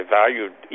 valued